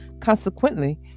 Consequently